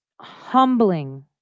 humbling